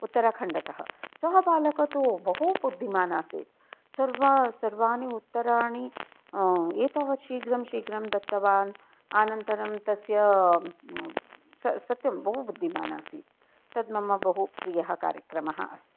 उत्तराखण्डतः सः बालक तु बहु बुद्धिमानः आसीत् सर्वं सर्वाणि उत्तराणि एतावत् शीघ्रं शीघ्रं दत्तवान् अनन्तरं तस्य सत्यं बहु बुद्धिमानः आसीत् तद् मम बहु प्रियः कार्यक्रमः अस्ति